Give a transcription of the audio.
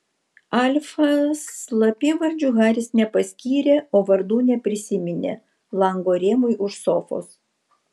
alfa slapyvardžių haris nepaskyrė o vardų neprisiminė lango rėmui už sofos